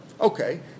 Okay